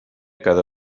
cada